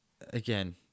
Again